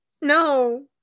no